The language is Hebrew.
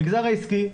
המגזר העסקי,